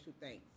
thanks